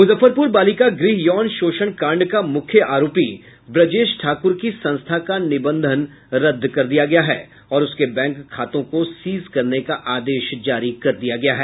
मुजफ्फरपुर बालिका गृह यौन शोषण कांड का मुख्य आरोपी ब्रजेश ठाकुर की संस्था का निबंधन रद्द कर दिया गया है और उसके बैंक खातों को सीज करने का आदेश जारी कर दिया गया है